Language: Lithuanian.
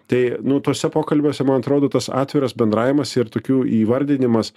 tai nu tuose pokalbiuose man atrodo tas atviras bendravimas ir tokių įvardinimas